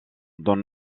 dans